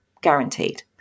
guaranteed